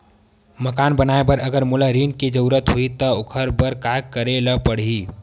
मकान बनाये बर अगर मोला ऋण के जरूरत होही त ओखर बर मोला का करे ल पड़हि?